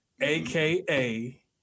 aka